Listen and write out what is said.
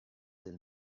del